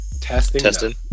Testing